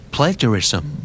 Plagiarism